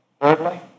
Thirdly